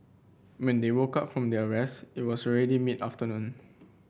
when they woke up from their rest it was already mid afternoon